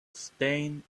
stain